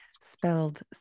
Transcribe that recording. spelled